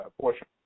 portion